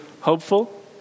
hopeful